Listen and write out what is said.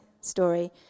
story